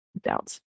doubts